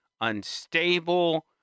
unstable